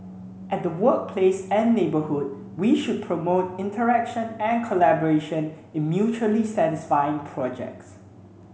at the workplace and neighbourhood we should promote interaction and collaboration in mutually satisfying projects